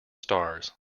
stars